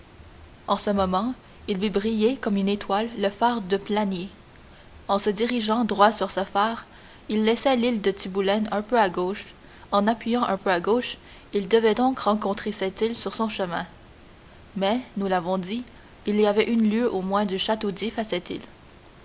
en ce moment il vit briller comme une étoile le phare de planier en se dirigeant droit sur ce phare il laissait l'île de tiboulen un peu à gauche en appuyant un peu à gauche il devait donc rencontrer cette île sur son chemin mais nous l'avons dit il y avait une lieue au moins du château d'if